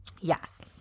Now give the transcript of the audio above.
yes